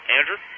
Andrew